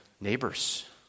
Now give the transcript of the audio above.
neighbors